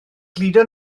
gludo